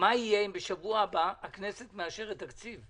יהיה אם בשבוע הבא הכנסת מאשרת תקציב?